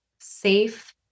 safe